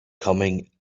coming